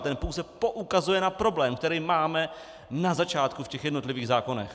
Ten pouze poukazuje na problém, který máme na začátku v těch jednotlivých zákonech.